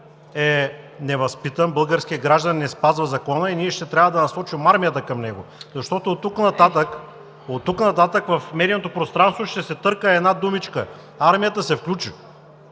е невъзпитан, не спазва закона и ние ще трябва да насочим армията към него, защото оттук нататък в медийното пространство ще се търка една думичка: армията се включи.